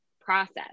process